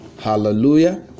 Hallelujah